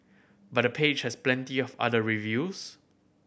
but the page has plenty of other reviews